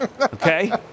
Okay